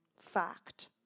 Fact